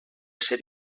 ser